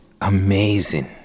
amazing